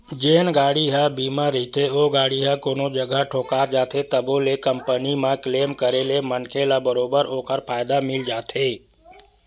जेन गाड़ी ह बीमा रहिथे ओ गाड़ी ह कोनो जगा ठोका जाथे तभो ले कंपनी म क्लेम करे ले मनखे ल बरोबर ओखर फायदा मिल जाथे